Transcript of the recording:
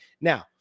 now